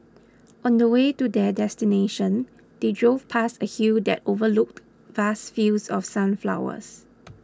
on the way to their destination they drove past a hill that overlooked vast fields of sunflowers